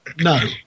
no